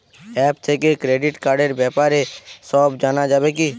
App থেকে credit কার্ডর ব্যাপারে সব জানা যাবে কি?